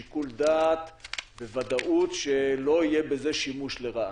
שיקול דעת וודאות שלא יהיה בזה שימוש לרעה.